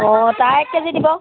অঁ তাৰ এক কেজি দিব